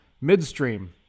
midstream